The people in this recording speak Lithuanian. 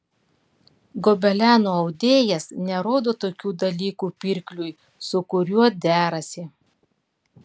gobelenų audėjas nerodo tokių dalykų pirkliui su kuriuo derasi